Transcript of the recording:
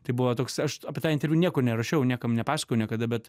tai buvo toks aš apie tą interviu nieko nerašiau niekam nepasakojau niekada bet